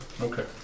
Okay